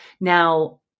Now